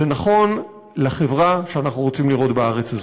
זה נכון לחברה שאנחנו רוצים לראות בארץ הזאת.